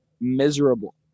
miserable